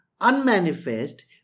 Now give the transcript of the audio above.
unmanifest